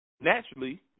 naturally